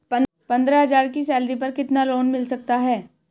पंद्रह हज़ार की सैलरी पर कितना लोन मिल सकता है?